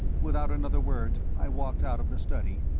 without another word i walked out of the study,